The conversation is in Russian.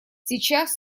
сейчас